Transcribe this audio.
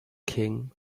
king